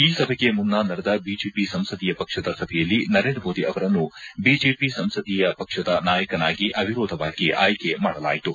ಈ ಸಭೆಗೆ ಮುನ್ನ ನಡೆದ ಬಿಜೆಪಿ ಸಂಸದೀಯ ಪಕ್ಷದ ಸಭೆಯಲ್ಲಿ ನರೇಂದ್ರ ಮೋದಿ ಅವರನ್ನು ಬಿಜೆಪಿ ಸಂಸದೀಯ ಪಕ್ಷದ ನಾಯಕನಾಗಿ ಅವಿರೋಧವಾಗಿ ಆಯ್ಕೆ ಮಾಡಲಾಯಿತು